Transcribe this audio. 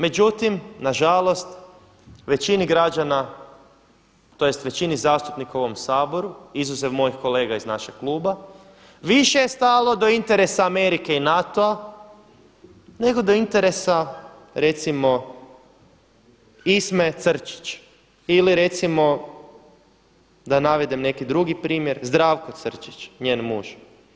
Međutim na žalost većini građana, tj. većini zastupnika u ovom Saboru izuzev mojih kolega iz našeg kluba više je stalo do interesa Amerike i NATO-a nego do interesa recimo Isme Črčić ili recimo da navedem neki drugi primjer Zdravko Črčić, njen muž.